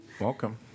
Welcome